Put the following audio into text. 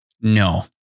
No